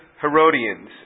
Herodians